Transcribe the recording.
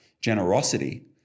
generosity